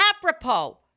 Apropos